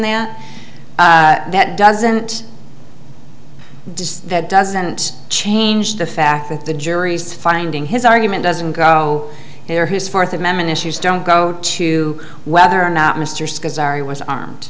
there that doesn't that doesn't change the fact that the jury's finding his argument doesn't go there his fourth amendment issues don't go to whether or not mr scott's ari was armed